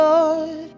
Lord